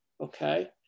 Okay